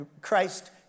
Christ